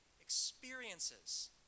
experiences